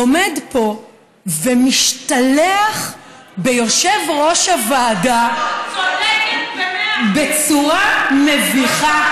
עומד פה ומשתלח ביושב-ראש הוועדה בצורה מביכה.